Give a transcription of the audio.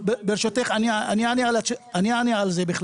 ברשותך, אני אענה על זה.